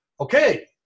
okay